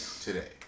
today